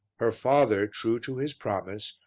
her father, true to his promise,